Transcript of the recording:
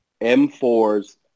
M4's